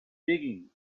digging